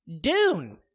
Dune